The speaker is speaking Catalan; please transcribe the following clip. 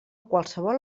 qualsevol